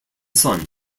son